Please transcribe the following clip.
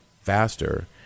faster